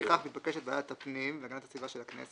סעיף 5: "לפיכך מתבקשת ועדת הפנים והגנת הסביבה של הכנסת,